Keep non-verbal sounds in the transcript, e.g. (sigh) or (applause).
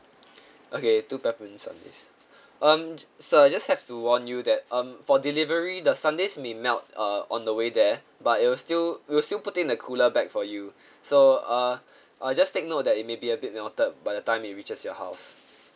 okay two peppermint sundaes um sir I just have to warn you that um for delivery the sundaes may melt uh on the way there but it will still we'll still put in the cooler bag for you (breath) so uh uh just take note that it may be a bit melted by the time it reaches your house